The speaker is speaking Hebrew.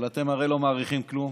אבל אתם הרי לא מעריכים כלום,